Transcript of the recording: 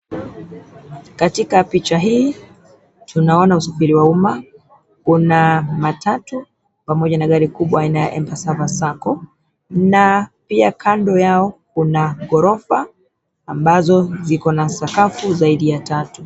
Katika picha hii tunaona usafiri wa umma. Una matatu pamoja na gari kubwa aina ya Embassava Sacco na pia kando yao kuna ghorofa ambazo ziko na sakafu zaidi ya tatu.